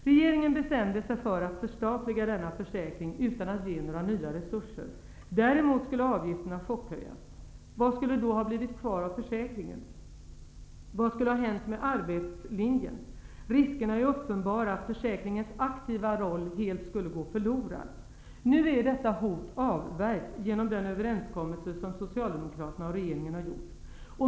Regeringen bestämde sig för att ''förstatliga'' denna försäkring utan att ge några nya resurser. Däremot skulle avgifterna chockhöjas. Vad skulle då ha blivit kvar av försäkringen? Vad skulle ha hänt med arbetslinjen? Riskerna är uppenbara att försäkringens aktiva roll helt skulle gå förlorad. Nu är detta hot avvärjt, genom den överenskommelse som Socialdemokraterna och regeringen har gjort.